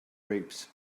grapes